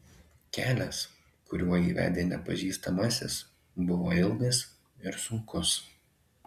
kelias kuriuo jį vedė nepažįstamasis buvo ilgas ir sunkus